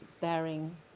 bearing